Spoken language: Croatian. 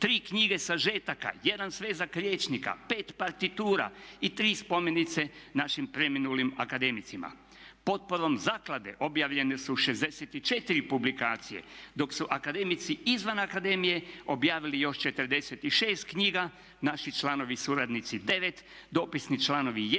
3 knjige sažetaka, 1 svezak rječnika, 5 partitura i 3 spomenice našim preminulim akademicima. Potporom zaklade objavljene su 64 publikacije, dok su akademici izvan akademije objavili još 46 knjiga, naši članovi suradnici 9, dopisni članovi